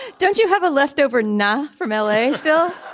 don't you have a leftover now from l a. still